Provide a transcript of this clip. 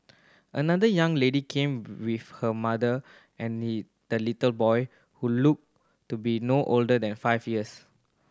another young lady came with her mother and the little boy who look to be no older than five years